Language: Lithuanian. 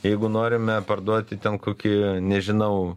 jeigu norime parduoti ten kokį nežinau